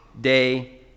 day